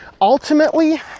ultimately